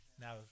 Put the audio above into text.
Now